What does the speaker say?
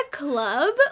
club